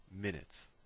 minutes